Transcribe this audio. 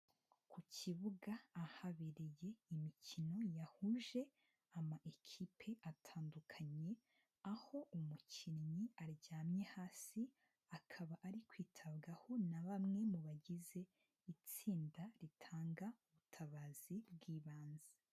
Ku kibuga ahaberiye imikino yahuje amakipe atandukanye, aho umukinnyi aryamye hasi akaba ari kwitabwaho na bamwe mu bagize itsinda ritanga ubutabazi bw'ibanze.